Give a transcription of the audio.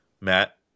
Matt